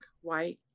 white